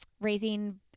raising